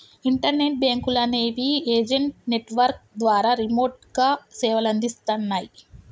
internet బ్యేంకులనేవి agent network ద్వారా రిమోట్గా సేవలనందిస్తన్నయ్